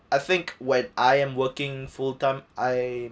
I think when I am working full time I